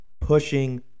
pushing